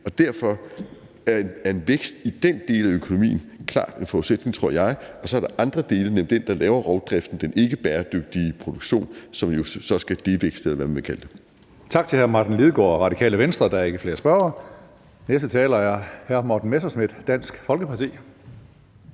Og derfor er en vækst i den del af økonomien klart en forudsætning, tror jeg, og så er der andre dele af økonomien, nemlig den del, der laver rovdriften, altså den ikkebæredygtige produktion, som jo så skal devækste, eller hvad man vil kalde det. Kl. 16:15 Tredje næstformand (Karsten Hønge): Tak til hr. Martin Lidegaard, Radikale Venstre. Der er ikke flere spørgere. Den næste taler er Morten Messerschmidt, Dansk Folkeparti.